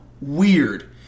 weird